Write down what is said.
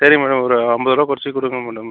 சரி மேடம் ஒரு ஐம்பதுருவா கொறைச்சி கொடுங்க மேடம்